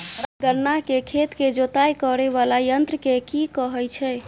गन्ना केँ खेत केँ जुताई करै वला यंत्र केँ की कहय छै?